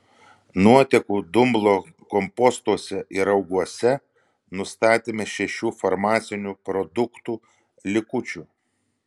nuotekų dumblo kompostuose ir rauguose nustatėme šešių farmacinių produktų likučių